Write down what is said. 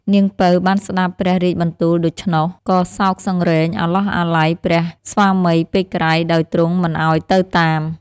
នាង ពៅ បានស្តាប់ព្រះរាជបន្ទូលដូច្នោះ ក៏សោកសង្រេងអាឡោះអាល័យព្រះស្វាមីពេកក្រៃដោយទ្រង់មិនឲ្យទៅតាម។